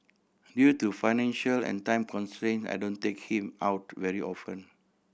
due to financial and time constraints I don't take him out very often